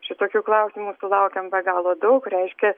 šitokių klausimų sulaukiam be galo daug reiškia